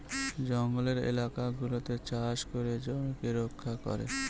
জঙ্গলের এলাকা গুলাতে চাষ করে জমিকে রক্ষা করে